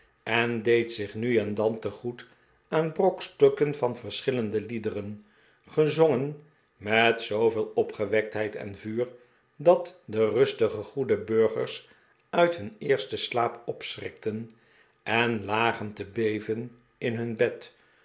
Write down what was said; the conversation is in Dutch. en deed zich nu en dan te goed aan brokstukken van verschillende liederen gezongen met zooveel opgewektheid en vuur dat de rustige goede burgers uit hun eersten slaap opschrikten en lagen te beven in hun bed